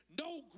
No